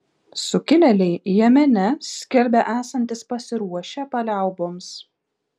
sukilėliai jemene skelbia esantys pasiruošę paliauboms